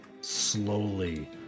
slowly